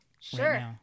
Sure